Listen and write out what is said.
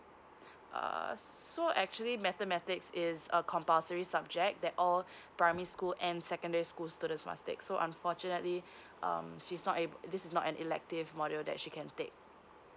uh so actually mathematics is a compulsory subject that all primary school and secondary school students must take so unfortunately um she's not abl~ this is not an elective module that she can't take